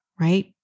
right